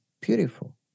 beautiful